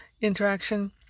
interaction